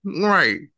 Right